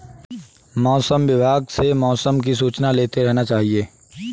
मौसम विभाग से मौसम की सूचना लेते रहना चाहिये?